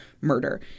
murder